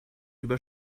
über